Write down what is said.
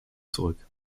zurück